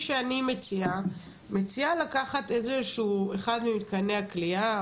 אני מציעה לקחת אחד ממתקני הכליאה.